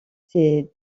ses